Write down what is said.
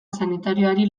sanitarioari